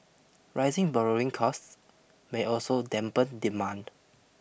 rising borrowing costs may also dampen demand